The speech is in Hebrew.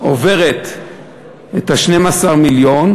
עוברת את 12 המיליון,